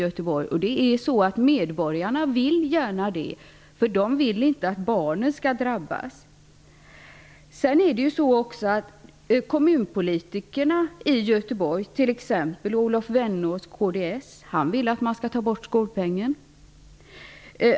Men medborgarna ser gärna att skatten höjs för att barnen inte skall drabbas. När det sedan gäller kommunpolitikerna i Göteborg vill t.ex. Olov Vennås, kds, att skolpengen tas bort.